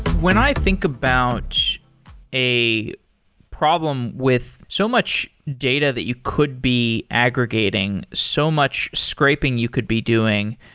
when i think about a problem with so much data that you could be aggregating, so much scraping you could be doing.